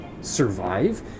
survive